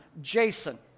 Jason